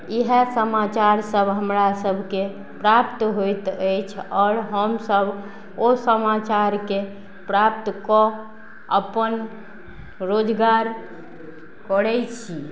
इएह समाचार सब हमरा सबके प्राप्त होइत अछि आओर हमसब ओ समाचारके प्राप्त कऽ अपन रोजगार करय छी